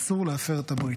אסור להפר את הברית.